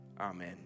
Amen